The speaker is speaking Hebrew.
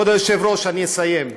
כבוד היושב-ראש, אני אסיים,